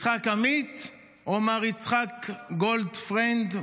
יצחק עמית או מר יצחק גולדפריינד,